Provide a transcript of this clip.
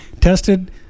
tested